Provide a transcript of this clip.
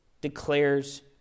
declares